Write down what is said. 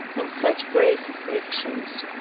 in such great afflictions.